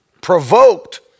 provoked